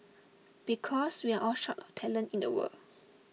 because we are all short of talent in the world